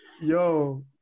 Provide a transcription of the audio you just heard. Yo